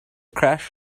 crash